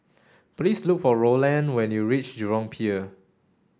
please look for Roland when you reach Jurong Pier